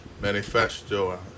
manifesto